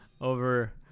over